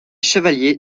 chevalier